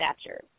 stature